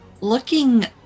Looking